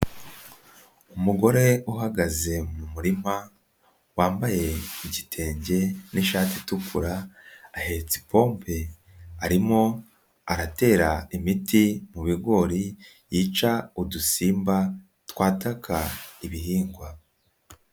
Umugore uhagaze mu murima, wambaye igitenge n'ishati itukura, ahetse ipope arimo aratera imiti mu bigori yica udusimba twataka ibihingwa.